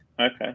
okay